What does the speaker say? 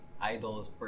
idols